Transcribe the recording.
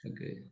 Okay